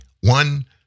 One